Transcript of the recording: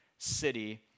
city